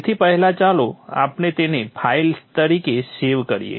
તેથી પહેલા ચાલો આપણે તેને ફાઇલ તરીકે સેવ કરીએ